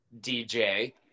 DJ